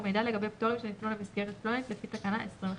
ומידע לגבי פטורים שניתנו למסגרת פלונית לפי תקנה 25."